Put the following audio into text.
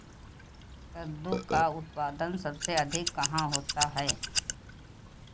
कद्दू का उत्पादन सबसे अधिक कहाँ होता है?